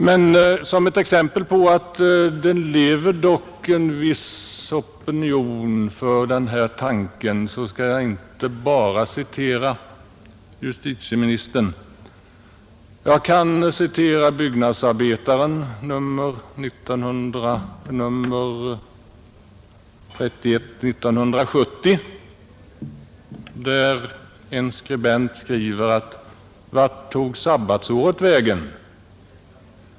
Såsom ett exempel på att en opinion för denna tanke dock lever skall jag inte bara citera justitieministern. Jag kan citera tidskriften Byggnadsarbetaren, nr 31 år 1970, där en skribent frågar: ”Vart tog sabbatsåret vägen?